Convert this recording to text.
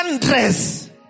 dress